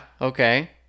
okay